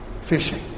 fishing